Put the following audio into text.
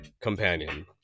companion